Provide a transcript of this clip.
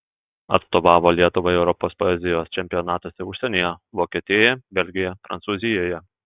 atstovavo lietuvai europos poezijos čempionatuose užsienyje vokietijoje belgijoje prancūzijoje